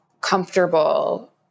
comfortable